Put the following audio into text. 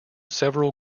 several